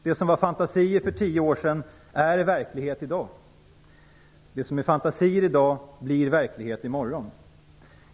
Det som var fantasier för 10 år sedan är verklighet i dag. Det som är fantasier i dag blir verklighet i morgon.